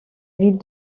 ville